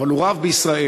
אבל הוא רב בישראל.